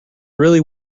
really